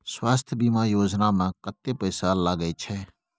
स्वास्थ बीमा योजना में कत्ते पैसा लगय छै?